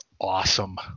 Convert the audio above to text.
Awesome